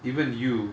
even you